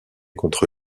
contre